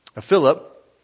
Philip